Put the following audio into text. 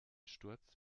sturz